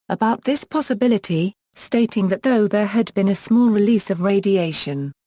about this possibility, stating that though there had been a small release of radiation.